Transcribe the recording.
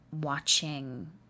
watching